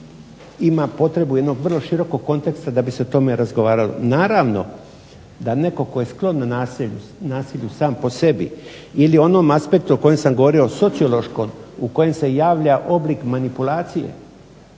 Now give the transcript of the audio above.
ima potrebu jednog širokog konteksta da bi se o tome razgovaralo. Naravno da je netko tko je sklon nasilju sam po sebi ili onom aspektu o kojem sam govorio sociološkom u kojem se javlja oblik manipulacija